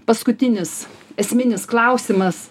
paskutinis esminis klausimas